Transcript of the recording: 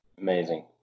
Amazing